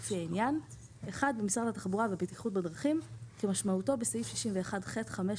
לפי העניין: במשרד התחבורה והבטיחות בדרכים- כמשמעותו בסעיף 61ח(5)